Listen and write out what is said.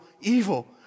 evil